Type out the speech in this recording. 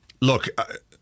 look